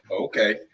okay